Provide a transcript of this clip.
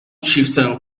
chieftain